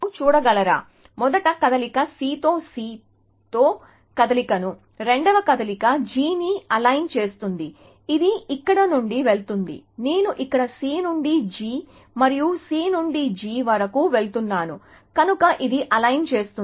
మీరు చూడగలరా మొదటి కదలిక C తో C తో ఈ కదలికను రెండవ కదలిక G ని అలైన్ చేస్తుంది ఇది ఇక్కడ నుండి వెళుతుంది నేను ఇక్కడ C నుండి G మరియు C నుండి G వరకు వెళుతున్నాను కనుక ఇది అలైన్ చేస్తుంది